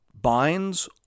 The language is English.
binds